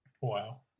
Wow